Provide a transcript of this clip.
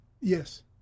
Yes